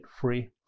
free